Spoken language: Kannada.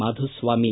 ಮಾಧುಸ್ವಾಮಿ